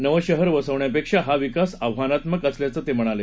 नवं शहर वसवण्यापेक्षा हा विकास आव्हानात्मक असल्याचं ते म्हणाले